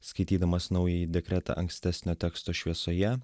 skaitydamas naująjį dekretą ankstesnio teksto šviesoje